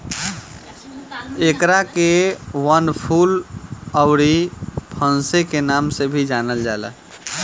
एकरा के वनफूल अउरी पांसे के नाम से भी जानल जाला